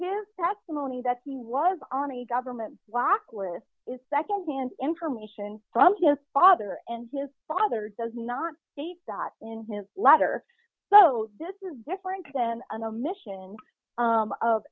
yes that's the money that he was army government walk with secondhand information from his father and his father does not see that in his letter so this is different than an omission